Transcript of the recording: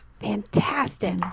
Fantastic